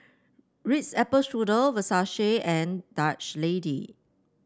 Ritz Apple Strudel Versace and Dutch Lady